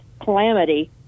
calamity